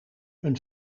een